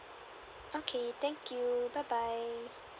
okay thank you bye bye